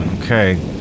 Okay